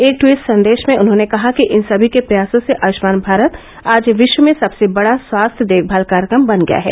एक ट्वीट संदेश में उन्होंने कहा कि इन सभी के प्रयासों से आयष्मान भारत आज विश्व में सबसे बडा स्वास्थ देखभाल कार्यक्रम बन गया है